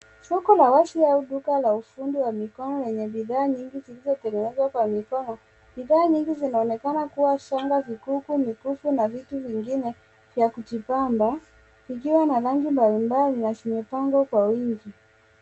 Soko la wazi au duka la ufundi wa mikono lenye bidhaa nyingi zilizotengenezwa kwa mikono. Bidhaa nyingi zinaonekana kuwa shanga , vikuku, mikufu na vitu vingine vya kujipamba vikiwa na rangi mbalimbali na zimepangwa kwa wingi.